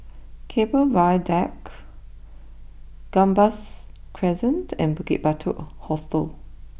Keppel Viaduct Gambas Crescent and Bukit Batok Hostel